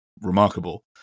remarkable